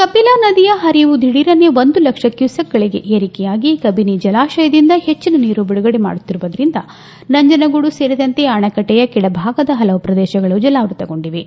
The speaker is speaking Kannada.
ಕಪಿಲಾ ನದಿಯ ಹರಿವು ದಿಢೀರನೆ ಒಂದು ಲಕ್ಷ ಕ್ಯೂಸೆಕ್ಗಳಿಗೆ ಏರಿಕೆಯಾಗಿ ಕವಿನ ಜಲಾಶಯದಿಂದ ಹೆಚ್ಚನ ನೀರು ಬಿಡುಗಡೆ ಮಾಡುತ್ತಿರುವುದರಿಂದ ನಂಜನಗೂಡು ಸೇರಿದಂತೆ ಅಣೆಕಟ್ಟೆಯ ಕೆಳ ಭಾಗದ ಹಲವು ಪ್ರದೇಶಗಳು ಜಲಾವ್ಯತಗೊಂಡಿವೆ